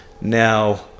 Now